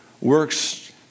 works